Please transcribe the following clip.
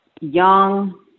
young